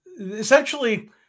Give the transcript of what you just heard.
essentially